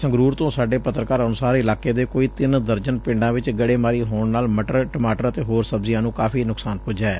ਸੰਗਰੂਰ ਤੋ ਸਾਡੇ ਪੱਤਰਕਾਰ ਅਨੁਸਾਰ ਇਲਾਕੇ ਦੇ ਕੋਈ ਤਿੰਨ ਦਰਜਨ ਪਿੰਡਾ ਚ ਗੜੇਮਾਰੀ ਹੋਣ ਨਾਲ ਮਟਰ ਟਮਾਟਰ ਅਤੇ ਹੋਰ ਸਬਜ਼ੀਆਂ ਨੂੰ ਕਾਫ਼ੀ ਨੁਕਸਾਨ ਪੁੱਜੈ